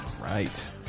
Right